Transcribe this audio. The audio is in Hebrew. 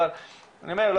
אבל אני אומר,